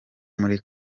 muri